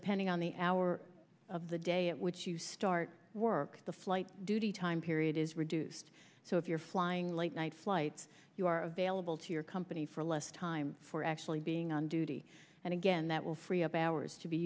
depending on the hour of the day it would you start work the flight duty time period is reduced so if you're flying late night flights you are available to your company for less time for actually being on duty and again that will free up hours to be